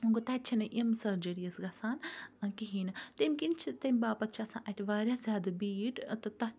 وۄنۍ گوٚو تَتہِ چھَنہٕ یِم سرجِرِیٖز گَژھان کِہینۍ نہٕ تمہِ کِن چھِ تمہِ باپَت آسان اَتہِ واریاہ زیادٕ بیٖڈ تہٕ تَتھ